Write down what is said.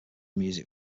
music